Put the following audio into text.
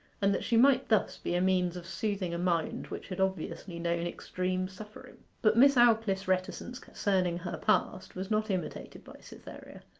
and that she might thus be a means of soothing a mind which had obviously known extreme suffering. but miss aldclyffe's reticence concerning her past was not imitated by cytherea.